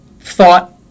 thought